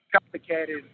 complicated